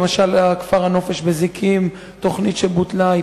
למשל, כפר הנופש בזיקים, תוכנית שבוטלה.